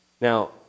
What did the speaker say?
Now